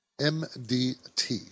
MDT